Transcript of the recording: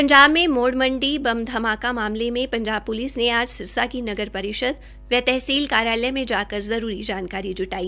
पंजाब में मोड़ मंडी बम धमाका मामले में पंजाब प्लिस ने आज सिरसा की नगर परिषद व तहसल कार्यालय में जाकर जरूरी जानकारी जुटाई